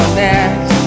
next